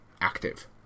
active